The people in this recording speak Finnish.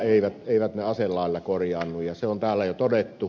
eivät ne aselailla korjaannu se on täällä jo todettu